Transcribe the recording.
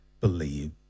believe